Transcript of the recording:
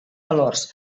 valors